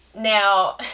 Now